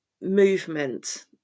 movement